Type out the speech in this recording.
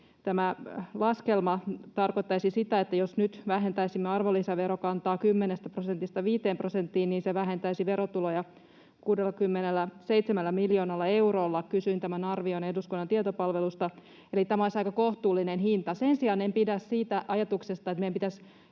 Tämä laskelma tarkoittaisi sitä, että jos nyt vähentäisimme arvonlisäverokantaa 10 prosentista 5 prosenttiin, niin se vähentäisi verotuloja 67 miljoonalla eurolla — kysyin tämän arvion eduskunnan tietopalvelusta — eli tämä olisi aika kohtuullinen hinta. Sen sijaan en pidä siitä ajatuksesta, että meidän pitäisi